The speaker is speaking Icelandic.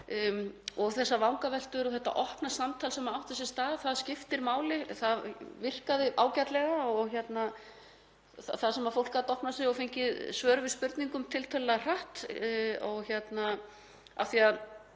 og þessar vangaveltur og þetta opna samtal sem átti sér stað skiptir máli. Það virkaði ágætlega þar sem fólk gat opnað sig og fengið svör við spurningum tiltölulega hratt af því að